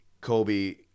Kobe